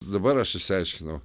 dabar aš išsiaiškinau